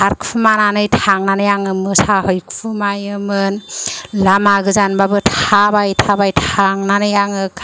खारखुमानानै थांनानै आङो मोसाहैखुमायोमोन लामा गोजानबाबो थाबाय थाबाय थांनानै आङो